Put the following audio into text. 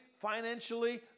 financially